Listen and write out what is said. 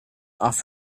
off